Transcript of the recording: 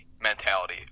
mentality